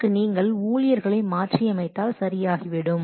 அதற்கு நீங்கள் ஊழியர்களை மாற்றி அமைத்தால் சரியாகிவிடும்